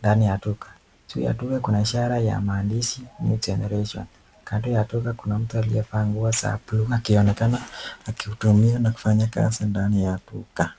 ndani ya duka. Juu ya duka kuna ishara ya maandishi New Generation. Kando ya duka kuna mtu aliyevaa nguo za buluu, akionekana akihudumia na kufanya kazi ndani ya duka.